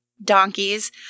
Donkeys